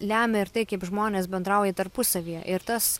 lemia ir tai kaip žmonės bendrauja tarpusavyje ir tas